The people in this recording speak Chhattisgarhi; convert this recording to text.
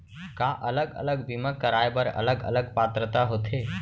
का अलग अलग बीमा कराय बर अलग अलग पात्रता होथे?